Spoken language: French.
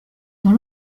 dans